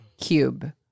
cube